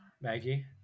Maggie